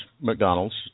McDonald's